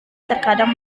terkadang